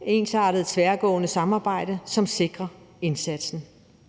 et ensartet og tværgående samarbejde, som sikrer indsatsen.